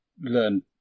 Learn